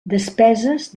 despeses